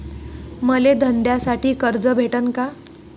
मले धंद्यासाठी कर्ज भेटन का?